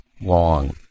long